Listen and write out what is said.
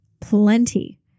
plenty